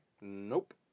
Nope